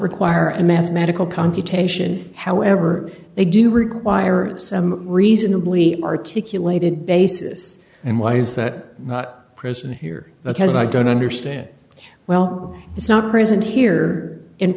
require a mathematical computation however they do require some reasonably articulated basis and why is that not present here because i don't understand well it's not present here in